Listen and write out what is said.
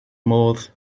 modd